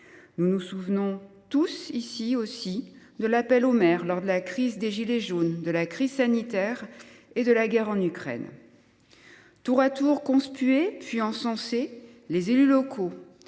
Nous nous souvenons tous ici aussi de l’appel aux maires lors de la crise des « gilets jaunes », de la crise sanitaire et de la guerre en Ukraine. Tour à tour conspués, puis encensés, les élus locaux,